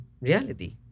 reality